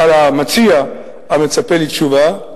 המציע, המצפה לתשובה.